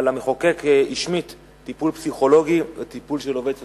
אבל המחוקק השמיט טיפול פסיכולוגי וטיפול של עובד סוציאלי.